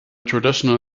traditional